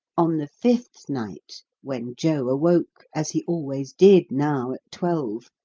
on the fifth night, when joe awoke, as he always did now at twelve,